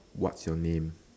what's your name